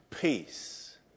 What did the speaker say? Peace